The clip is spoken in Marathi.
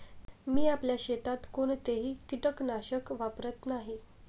मी आपल्या शेतात कोणतेही कीटकनाशक वापरत नाही